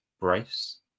brace